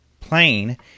plane